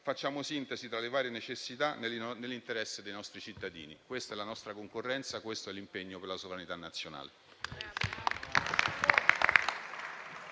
Facciamo sintesi tra le varie necessità, nell'interesse dei nostri cittadini. Questa è la nostra concorrenza, questo è l'impegno per la sovranità nazionale.